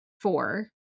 Four